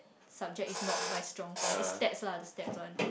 subject is not by strong point is text lah the text